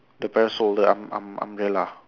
the parasol the um~ um~ umbrella